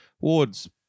Ward's